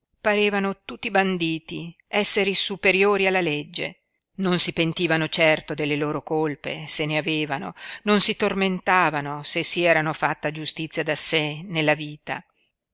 parevano tutti banditi esseri superiori alla legge non si pentivano certo delle loro colpe se ne avevano non si tormentavano se si erano fatta giustizia da sé nella vita